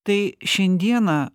tai šiandieną